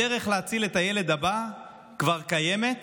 הדרך להציל את הילד הבא כבר קיימת